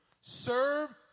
Serve